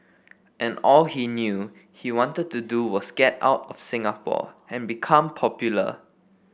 and all he knew he wanted to do was get out of Singapore and become popular